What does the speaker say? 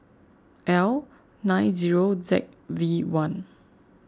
L nine zero Z V one